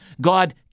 God